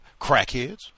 crackheads